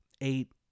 eight